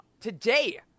Today